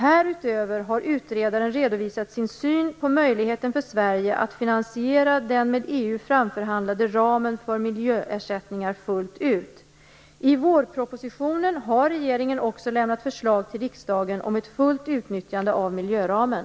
Härutöver har utredaren redovisat sin syn på möjligheten för Sverige att finansiera den med EU framförhandlade ramen för miljöersättningar fullt ut. I vårpropositionen har regeringen också lämnat förslag till riksdagen om ett fullt utnyttjande av miljöramen.